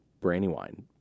Brandywine